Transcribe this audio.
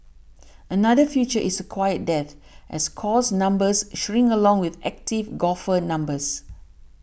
another future is a quiet death as course numbers shrink along with active golfer numbers